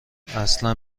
اصلا